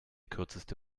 kürzeste